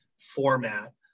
format